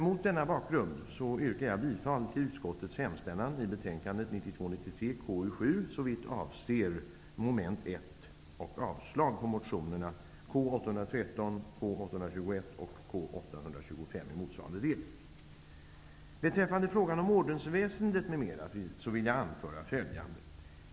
Mot denna bakgrund yrkar jag bifall till utskottets hemställan i betänkande 1992/93:KU7 Beträffande frågan om ordensväsendet m.m. vill jag anföra följande.